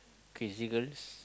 crazy girls